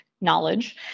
knowledge